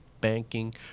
Banking